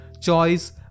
choice